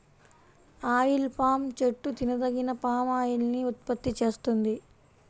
oil palm చెట్టు తినదగిన palm oil ని ఉత్పత్తి చేస్తుంది